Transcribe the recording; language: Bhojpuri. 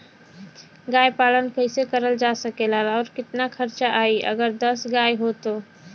गाय पालन कइसे करल जा सकेला और कितना खर्च आई अगर दस गाय हो त?